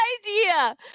idea